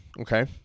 Okay